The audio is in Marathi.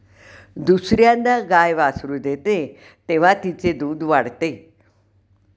दुसर्यांदा गाय वासरू देते तेव्हा तिचे दूध वाढते